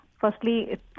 Firstly